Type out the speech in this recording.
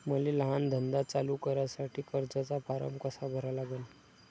मले लहान धंदा चालू करासाठी कर्जाचा फारम कसा भरा लागन?